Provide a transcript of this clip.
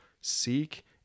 seek